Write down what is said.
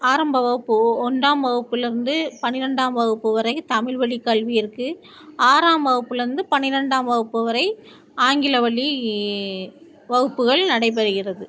ஆரம்ப வகுப்பு ஒ ஒன்றாம் வகுப்புலருந்து பனிரெண்டாம் வகுப்பு வரை தமிழ் வழி கல்வி இருக்கு ஆறாம் வகுப்புலருந்து பனிரெண்டாம் வகுப்பு வரை ஆங்கில வழி வகுப்புகள் நடைபெறுகிறது